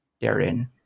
therein